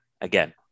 again